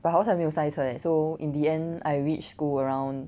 but 好踩没有塞车 eh so in the end I reach school around